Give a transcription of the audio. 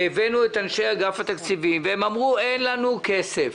והבאנו את אנשי התקציבים, והם אמרו, אין לנו כסף.